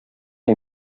era